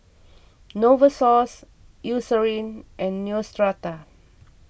Novosource Eucerin and Neostrata